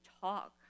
talk